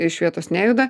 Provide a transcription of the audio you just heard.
iš vietos nejuda